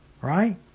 right